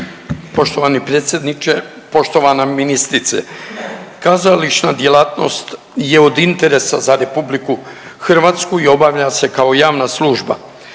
Poštovani predsjedniče, poštovana ministrice. Kazališna djelatnost je od interesa za RH i obavlja se kao javna služba.